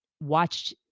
watched